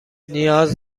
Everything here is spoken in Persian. نیاز